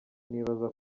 nibaza